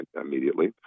immediately